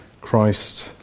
Christ